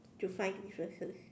to find differences